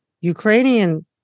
Ukrainian